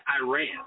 Iran